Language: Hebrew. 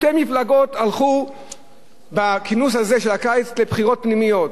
שתי מפלגות הלכו בפגרה הזאת של הקיץ לבחירות פנימיות: